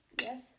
Yes